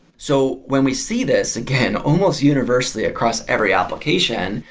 so, when we see this, again, almost universally across every application,